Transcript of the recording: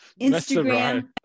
Instagram